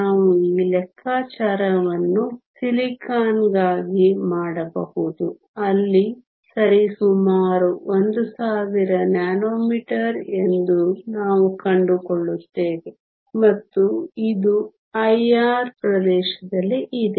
ನಾವು ಈ ಲೆಕ್ಕಾಚಾರವನ್ನು ಸಿಲಿಕಾನ್ಗಾಗಿ ಮಾಡಬಹುದು ಅಲ್ಲಿ ಸರಿಸುಮಾರು 1000 ನ್ಯಾನೊಮೀಟರ್ ಎಂದು ನಾವು ಕಂಡುಕೊಳ್ಳುತ್ತೇವೆ ಮತ್ತು ಇದು ಐಆರ್ ಪ್ರದೇಶದಲ್ಲಿ ಇದೆ